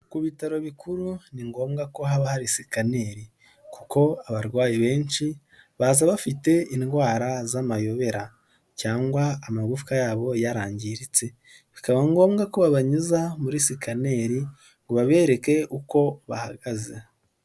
Ku bitaro bikuru ni ngombwa ko haba hari sikaneri, kuko abarwayi benshi baza bafite indwara z'amayobera cyangwa amagufwa yabo yarangiritse, bikaba ngombwa ko babanyuza muri sikaneri ngo babereke uko bahagaze.